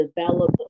develop